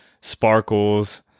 sparkles